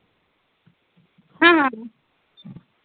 हां हां